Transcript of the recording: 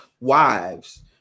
wives